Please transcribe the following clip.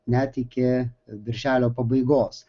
net iki birželio pabaigos